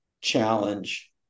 challenge